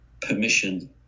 permission